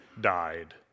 died